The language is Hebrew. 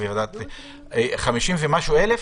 50 ומשהו אלף?